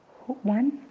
one